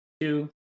two